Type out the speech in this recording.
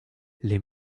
les